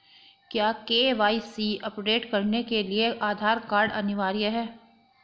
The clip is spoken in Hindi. क्या के.वाई.सी अपडेट करने के लिए आधार कार्ड अनिवार्य है?